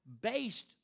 based